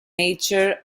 nature